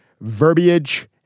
verbiage